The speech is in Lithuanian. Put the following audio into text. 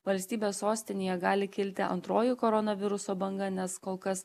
valstybės sostinėje gali kilti antroji koronaviruso banga nes kol kas